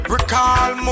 Recall